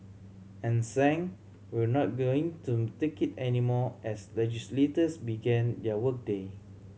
and sang We're not going to take it anymore as legislators began their work day